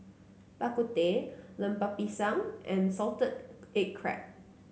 Bak Kut Teh Lemper Pisang and Salted Egg Crab